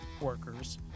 workers